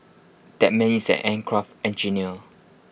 that man is aircraft engineer